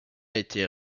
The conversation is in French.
été